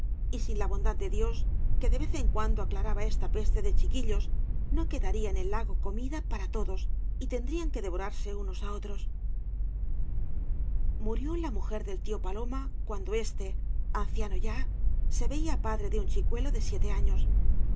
y sin la bondad de dios que de vez en cuando aclaraba esta peste de chiquillos no quedaría en el lago comida para todos y tendrían que devorarse unos á otros murió la mujer del tío paloma cuando éste anciano ya se veía padre de un chicuelo de siete años